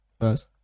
first